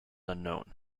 unknown